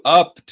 up